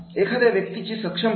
एखाद्या व्यक्तीची सक्षमता